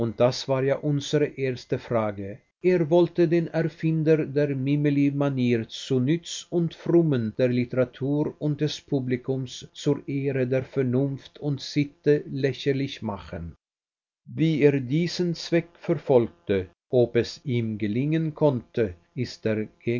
das war ja unsere erste frage er wollte den erfinder der mimili manier zu nutz und frommen der literatur und des publikums zur ehre der vernunft und sitte lächerlich machen wie er diesen zweck verfolgte ob es ihm gelingen konnte ist der